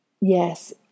yes